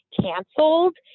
canceled